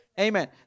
Amen